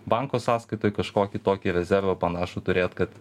banko sąskaitoj kažkokį tokį rezervą panašų turėt kad